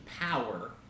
power